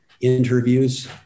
interviews